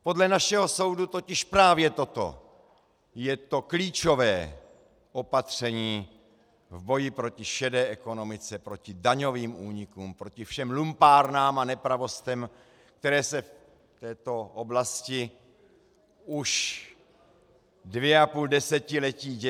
Podle našeho soudu totiž právě toto je to klíčové opatření v boji proti šedé ekonomice, proti daňovým únikům, proti všem lumpárnám a nepravostem, které se v této oblasti už dvě a půl desetiletí dějí.